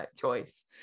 choice